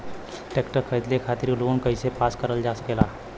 Tractor खरीदे खातीर loan कइसे पास करल जा सकेला?